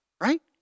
right